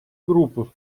группы